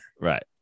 Right